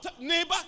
neighbor